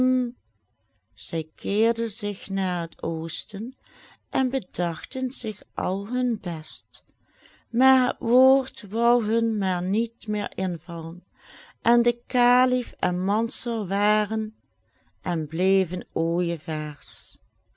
zij keerden zich naar het oosten en bedachten zich al hun best maar het woord wou hun maar niet meer invallen en de kalif en mansor waren en bleven ooijevaars